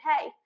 hey